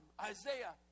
Isaiah